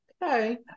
Okay